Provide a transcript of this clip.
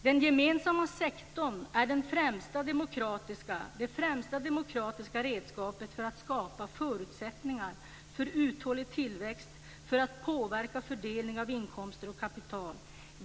Den gemensamma sektorn är det främsta demokratiska redskapet för att skapa förutsättningar för uthållig tillväxt och för att påverka fördelningen av inkomster och kapital.